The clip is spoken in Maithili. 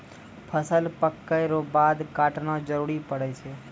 फसल पक्कै रो बाद काटना जरुरी पड़ै छै